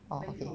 okay